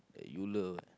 that you love